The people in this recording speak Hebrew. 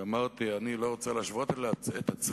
אמרתי שאני לא רוצה להשוות את עצמי